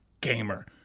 gamer